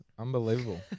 Unbelievable